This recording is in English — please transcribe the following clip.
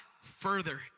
further